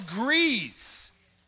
agrees